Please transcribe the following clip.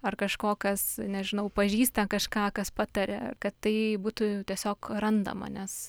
ar kažko kas nežinau pažįsta kažką kas pataria kad tai būtų tiesiog randama nes